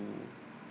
to